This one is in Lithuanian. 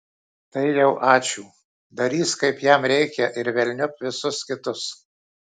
tai jau ačiū darys kaip jam reikia ir velniop visus kitus